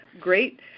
great